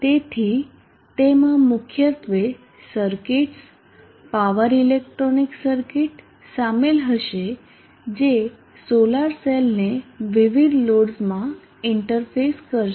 તેથી તેમાં મુખ્યત્વે સર્કિટસ પાવર ઇલેક્ટ્રોનિક સર્કિટ સામેલ હશે જે સોલાર સેલને વિવિધ લોડ્સમાં ઇન્ટરફેસ કરશે